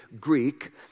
Greek